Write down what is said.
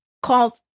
call